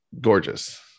gorgeous